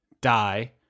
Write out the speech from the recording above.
die